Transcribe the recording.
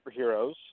superheroes